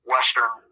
Western